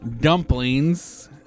dumplings